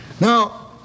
Now